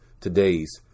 today's